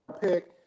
pick